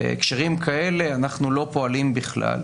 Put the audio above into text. בהקשרים כאלה אנחנו לא פועלים בכלל.